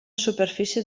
superfície